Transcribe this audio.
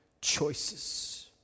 choices